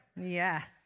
Yes